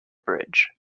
bridge